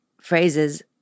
phrases